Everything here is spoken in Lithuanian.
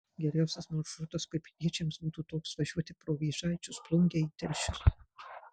geriausias maršrutas klaipėdiečiams būtų toks važiuoti pro vėžaičius plungę į telšius